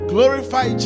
Glorify